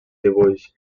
dibuix